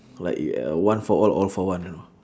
like uh one for all all for one you know